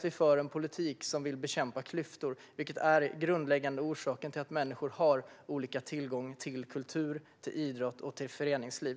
Vi för en politik som vill bekämpa klyftor, vilket är den grundläggande orsaken till att människor har olika tillgång till kultur, idrott och föreningsliv.